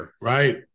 Right